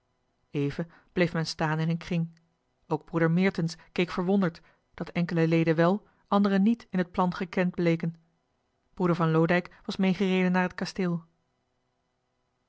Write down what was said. bleef men staan in een kring ook broeder meertens keek verwonderd dat enkele leden wel anderen niet in het plan gekend bleken broeder van loodijck was meegereden naar het kasteel